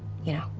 you know.